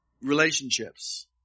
relationships